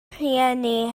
rhieni